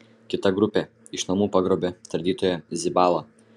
kita grupė iš namų pagrobė tardytoją zibalą